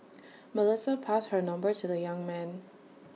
Melissa passed her number to the young man